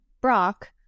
brock